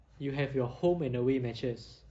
you have your home and away matches